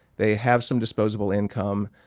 they have some disposable income.